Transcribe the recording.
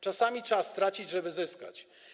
Czasami trzeba stracić, żeby zyskać.